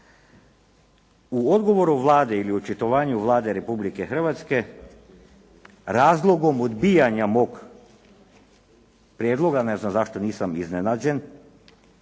U odgovoru Vlade ili u očitovanju Vlade Republike Hrvatske razlogom odbijanja mog prijedloga, ne znam zašto nisam iznenađen